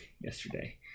yesterday